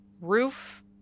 roof